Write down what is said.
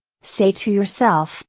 say to yourself,